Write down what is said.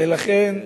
לכן,